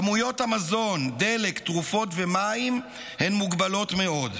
כמויות המזון, דלק, תרופות ומים הן מוגבלות מאוד.